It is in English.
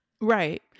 Right